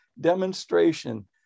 demonstration